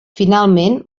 finalment